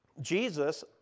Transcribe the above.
Jesus